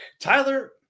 Tyler